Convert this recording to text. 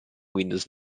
windows